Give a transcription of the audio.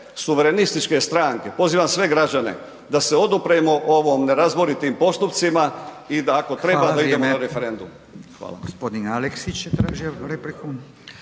suverenističke stranke, pozivam sve građane da se odupremo ovom, nerazboritim postupcima i da ako treba da idemo na referendum. Hvala.